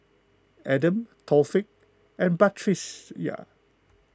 Adam Taufik and Batrisya